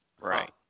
Right